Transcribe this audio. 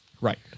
Right